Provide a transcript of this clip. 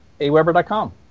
aweber.com